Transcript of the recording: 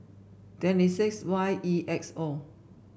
twenty six Y E X O